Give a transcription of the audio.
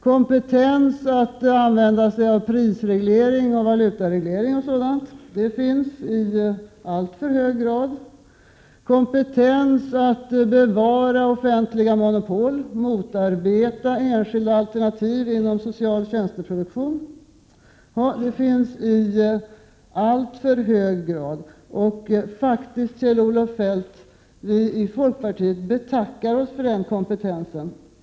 Kompetens att använda sig av prisoch valutareglering och liknande — det finns i alltför hög grad. Kompetens att bevara offentliga monopol och motarbeta enskilda alternativ inom social tjänsteproduktion — det finns också i alltför stor utsträckning. Vi i folkpartiet betackar oss faktiskt, Kjell-Olof Feldt, för denna kompetens.